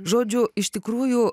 žodžiu iš tikrųjų